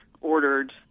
ordered